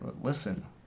listen